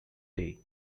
day